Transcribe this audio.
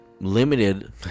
limited